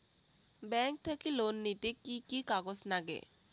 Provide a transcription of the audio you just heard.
Bank থাকি loan নিতে কি কি কাগজ নাগে?